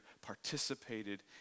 participated